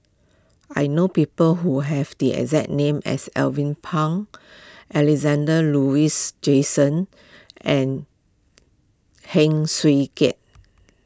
I know people who have the exact name as Alvin Pang Alexander Laurie Johnston and Heng Swee Keat